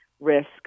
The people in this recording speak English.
risk